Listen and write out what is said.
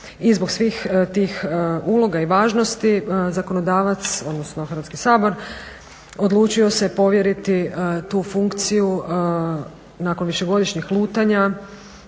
i zbog svih tih uloga i važnosti zakonodavac, odnosno Hrvatski sabor odlučio se povjeriti tu funkciju nakon višegodišnjeg lutanja,